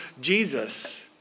Jesus